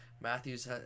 Matthews